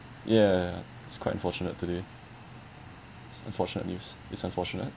ya it's quite unfortunate today it's unfortunate news it's unfortunate